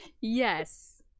Yes